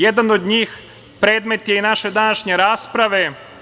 Jedan od njih, predmet je i naše današnje rasprave.